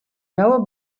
never